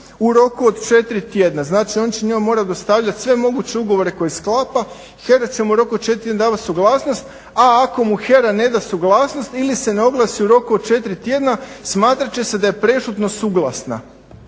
u roku od 4 tjedna. Znači, on će njoj morati dostavljati sve moguće ugovore koje sklapa i HERA će mu u roku od 4 tjedna davat suglasnost, a ako mu HERA ne da suglasnost ili se ne oglasi u roku od 4 tjedna smatrat će se da je prešutno suglasna.